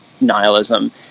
nihilism